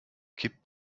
kippt